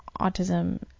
autism